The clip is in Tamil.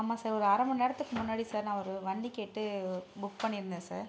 ஆமாம் சார் ஒரு அரை மணி நேரத்துக்கு முன்னாடி சார் நான் ஒரு வண்டி கேட்டு புக் பண்ணியிருந்தேன் சார்